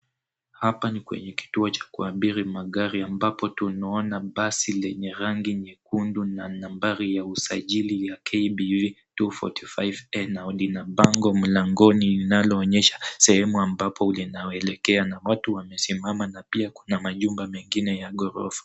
Hapa ni kwenye kituo cha kuabiri magari ambapo tunaona basi lenye rangi nyekundu na nambari ya usajili ya KBV 245N na bango mlangoni linaloonyesha sehemu ambapo linaelekea na watu wamesimama na pia kuna majumba mengine ya ghorofa.